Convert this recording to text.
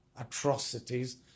atrocities